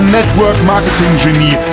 Network-Marketing-Genie